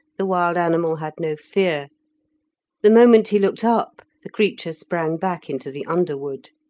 the wild animal had no fear the moment he looked up, the creature sprang back into the underwood.